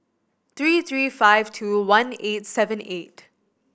three three five two one eight seven eight